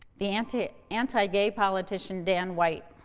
the anti-gay anti-gay politician dan white.